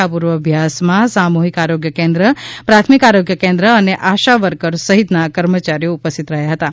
આ પૂર્વાઅભ્યાસમાં સામૂહિક આરોગ્ય કેન્દ્ર પ્રાથમિક આરોગ્ય કેન્દ્ર અને આશાવર્કર સહિતના કર્મચારીઓ ઉપસ્થિત રહ્યાં હતાં